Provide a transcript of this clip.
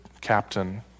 captain